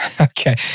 okay